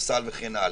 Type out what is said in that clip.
כדורסל וכן הלאה.